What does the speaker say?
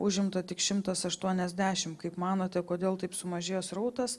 užimta tik šimtas aštuoniasdešim kaip manote kodėl taip sumažėjo srautas